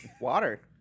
water